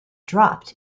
dropped